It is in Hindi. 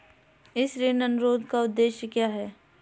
इस ऋण अनुरोध का उद्देश्य क्या है?